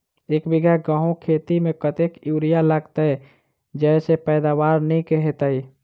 एक बीघा गेंहूँ खेती मे कतेक यूरिया लागतै जयसँ पैदावार नीक हेतइ?